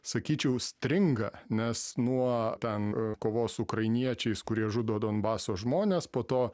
sakyčiau stringa nes nuo ten kovos su ukrainiečiais kurie žudo donbaso žmones po to